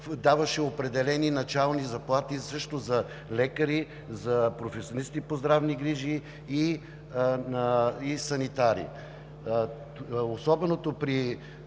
даваше определени начални заплати също за лекари, за професионалисти по здравни грижи и санитари. Особеното при